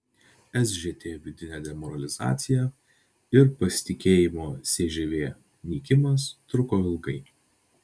sžt vidinė demoralizacija ir pasitikėjimo cžv nykimas truko ilgai